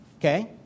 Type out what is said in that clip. okay